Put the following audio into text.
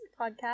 podcast